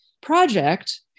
project